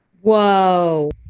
Whoa